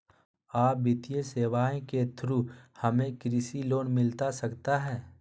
आ वित्तीय सेवाएं के थ्रू हमें कृषि लोन मिलता सकता है?